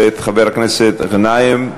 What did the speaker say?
ואת חבר הכנסת גנאים.